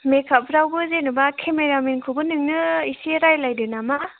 मेकआपफोरावबो जेनेबा केमेरामेनखौबो नोंनो एसे रायज्लायदो नामा